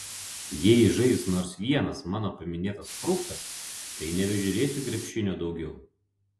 jei žais nors vienas mano paminėtas fruktas tai nebežiūrėsiu krepšinio daugiau